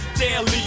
daily